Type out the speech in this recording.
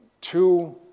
two